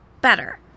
better